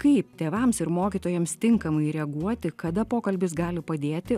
kaip tėvams ir mokytojams tinkamai reaguoti kada pokalbis gali padėti